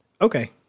Okay